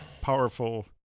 powerful